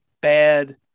bad